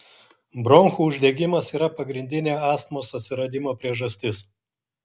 bronchų uždegimas yra pagrindinė astmos atsiradimo priežastis